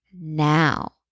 now